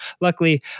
luckily